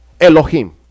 Elohim